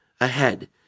ahead